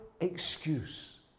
excuse